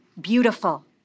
beautiful